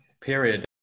period